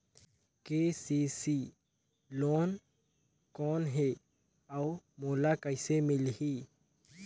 KCC loan कौन हे अउ मोला कइसे मिलही?